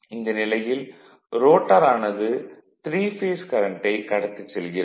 இந்த நிலையில் ரோட்டார் ஆனது 3 பேஸ் கரண்ட்டை கடத்திச் செல்கிறது